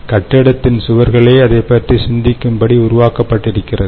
கட்டிடத்தின் சுவர்களே அதைப் பற்றி சிந்திக்கும் படி உருவாக்கப்பட்டிருக்கிறது